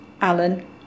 Alan